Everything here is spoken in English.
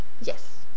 Yes